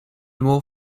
more